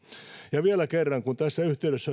ja vielä kerran kun tässä yhteydessä